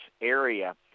area